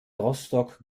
rostock